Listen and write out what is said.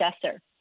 successor